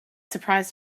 surprised